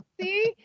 see